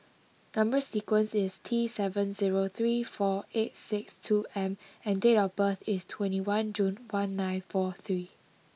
number sequence is T seven zero three four eight six two M and date of birth is twenty one June one nine four three